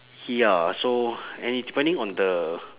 ya so and it depending on the